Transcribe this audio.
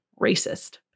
Racist